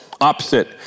Opposite